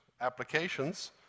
applications